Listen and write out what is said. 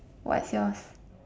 what's yours